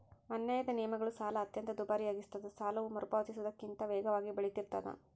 ಅನ್ಯಾಯದ ನಿಯಮಗಳು ಸಾಲ ಅತ್ಯಂತ ದುಬಾರಿಯಾಗಿಸ್ತದ ಸಾಲವು ಮರುಪಾವತಿಸುವುದಕ್ಕಿಂತ ವೇಗವಾಗಿ ಬೆಳಿತಿರ್ತಾದ